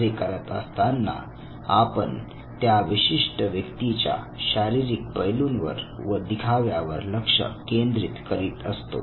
असे करत असताना आपण पण त्या विशिष्ट व्यक्तीच्या शारीरिक पैलूंवर व दिखाव्यावर लक्ष केंद्रित करत असतो